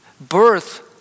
birth